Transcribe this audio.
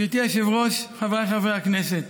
גברתי היושבת-ראש, חבריי חברי הכנסת,